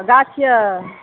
गाछ यऽ